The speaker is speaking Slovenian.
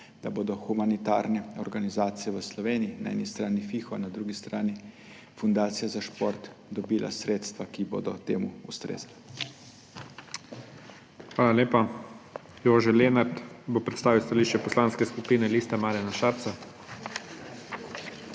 da bodo humanitarne organizacije v Sloveniji, na eni strani FIHO, na drugi strani Fundacija za šport, dobile sredstva, ki bodo temu ustrezala. **PREDSEDNIK IGOR ZORČIČ:** Hvala lepa. Jože Lenart bo predstavil stališče Poslanske skupine Liste Marjana Šarca.